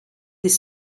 des